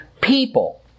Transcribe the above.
people